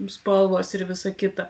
spalvos ir visa kita